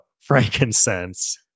frankincense